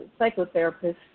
psychotherapist